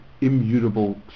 immutable